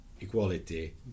equality